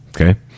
okay